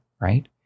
right